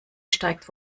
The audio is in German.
steigt